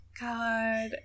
God